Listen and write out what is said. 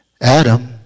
Adam